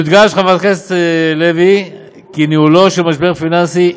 יודגש, חברת הכנסת לוי, כי ניהול משבר פיננסי,